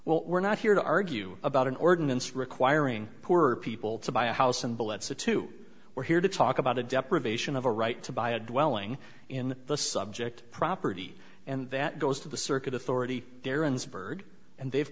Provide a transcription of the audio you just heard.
well we're not here to argue about an ordinance requiring poor people to buy a house and bledsoe to we're here to talk about a deprivation of a right to buy a dwelling in the subject property and that goes to the circuit authority daryn's bird and they've